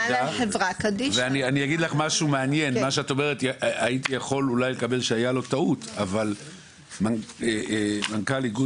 הייתי יכול לקבל שהוא טעה אבל מנכ"ל פורום